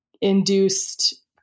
induced